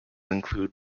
include